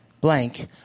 blank